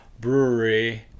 brewery